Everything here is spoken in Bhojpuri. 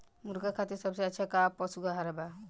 मुर्गा खातिर सबसे अच्छा का पशु आहार बा?